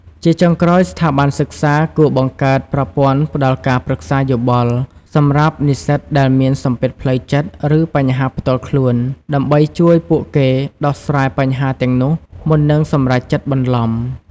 ជាចុងក្រោយ ស្ថាប័នសិក្សាគួរបង្កើតប្រព័ន្ធ ផ្ដល់ការប្រឹក្សាយោបល់ សម្រាប់និស្សិតដែលមានសម្ពាធផ្លូវចិត្ត ឬបញ្ហាផ្ទាល់ខ្លួន ដើម្បីជួយពួកគេដោះស្រាយបញ្ហាទាំងនោះមុននឹងសម្រេចចិត្តបន្លំ។